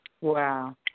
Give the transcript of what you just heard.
Wow